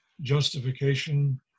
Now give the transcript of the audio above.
justification